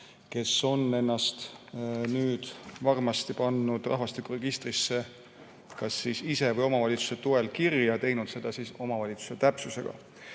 kes on ennast nüüd varmalt pannud rahvastikuregistrisse kas ise või omavalitsuse toel kirja ja teinud seda omavalitsuse täpsusega.